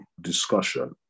discussion